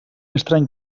estrany